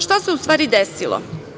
Šta se u stvari desilo?